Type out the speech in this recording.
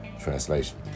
translation